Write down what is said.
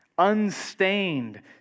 unstained